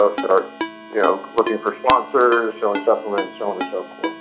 um start you know looking for sponsors selling supplements so on and so forth.